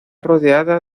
rodeada